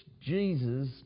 Jesus